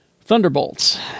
Thunderbolts